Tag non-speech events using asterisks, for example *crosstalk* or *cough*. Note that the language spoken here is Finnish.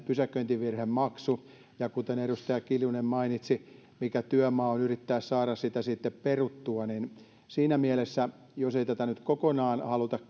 pysäköintivirhemaksu ja edustaja kiljunen mainitsi mikä työmaa on yrittää saada sitä sitten peruttua siinä mielessä jos ei tätä nyt kokonaan haluta *unintelligible*